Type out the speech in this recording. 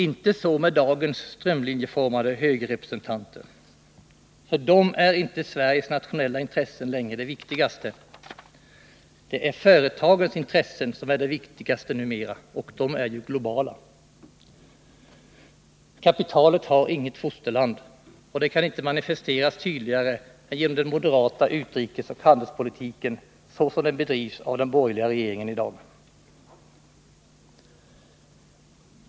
Inte så med dagens strömlinjeformade högerrepresentanter. För dem är inte Sveriges nationella intressen längre det viktigaste. Det är företagens intressen som är viktigast numera, och de är ju globala. Kapitalet har inget fosterland, och det kan inte manifesteras tydligare än genom den moderata utrikesoch handelspolitiken så som den bedrivs av den borgerliga regeringen i dag.